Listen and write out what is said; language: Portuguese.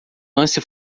lance